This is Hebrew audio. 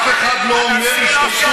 אף אחד לא אומר "השתלטות".